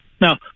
Now